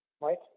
Right